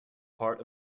part